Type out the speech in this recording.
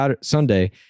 Sunday